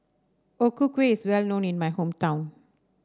O Ku Kueh is well known in my hometown